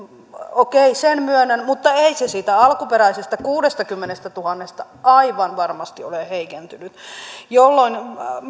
okei sen myönnän mutta ei se siitä alkuperäisestä kuudestakymmenestätuhannesta aivan varmasti ole heikentynyt jolloin